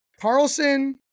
Carlson